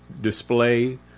display